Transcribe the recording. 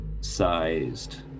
sized